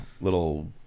little